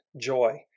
joy